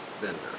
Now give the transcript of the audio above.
vendor